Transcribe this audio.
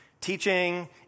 Teaching